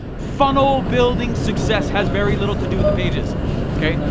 funnel building success has very little to do with the pages okay,